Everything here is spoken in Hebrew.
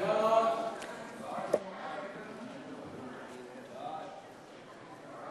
ההצעה להעביר את הצעת חוק תאגידי מים